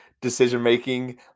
decision-making